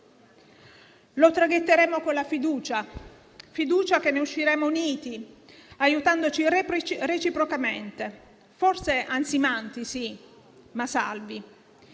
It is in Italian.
Lo traghetteremo con la fiducia che ne usciremo uniti, aiutandoci reciprocamente, forse ansimanti, sì, ma salvi.